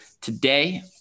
today